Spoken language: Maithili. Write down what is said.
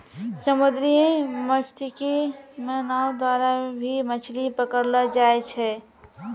समुन्द्री मत्स्यिकी मे नाँव द्वारा भी मछली पकड़लो जाय छै